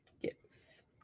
yes